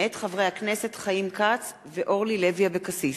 מאת חברי הכנסת אורלי לוי אבקסיס,